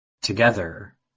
Together